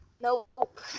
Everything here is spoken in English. Nope